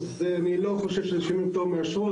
אז אני לא חושב שזה שינוי פטור מאשרות,